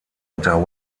unter